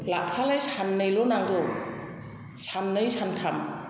लाफायालाय साननैल' नांगौ साननै सानथाम